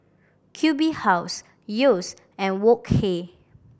Q B House Yeo's and Wok Hey